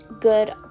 good